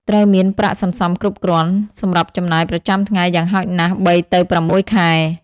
ត្រូវមាន ប្រាក់សន្សំគ្រប់គ្រាន់ សម្រាប់ចំណាយប្រចាំថ្ងៃយ៉ាងហោចណាស់ ៣ ទៅ ៦ ខែ។